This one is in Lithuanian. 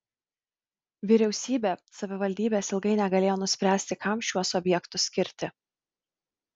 vyriausybė savivaldybės ilgai negalėjo nuspręsti kam šiuos objektus skirti